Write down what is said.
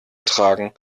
tragen